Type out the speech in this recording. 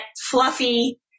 Fluffy